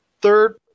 Third